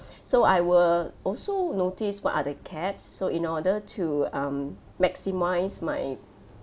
so I will also notice what are the caps so in order to um maximise my